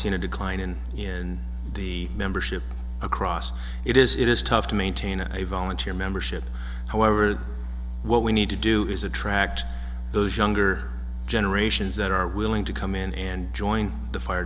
seen a decline and in the membership across it is it is tough to maintain a volunteer membership however what we need to do is attract those younger generations that are willing to come in and join the fire